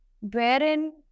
wherein